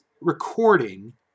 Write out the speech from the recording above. recording